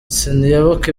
sinibuka